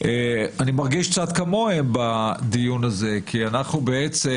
מרגיש קצת כמוהם בדיון הזה כי אנחנו בעצם